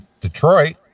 Detroit